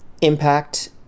impact